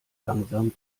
langsam